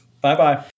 Bye-bye